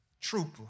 trooper